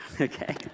Okay